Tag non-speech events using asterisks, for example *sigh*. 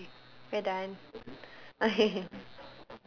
oh okay we're done *laughs*